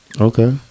Okay